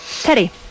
Teddy